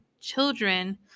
children